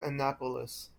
annapolis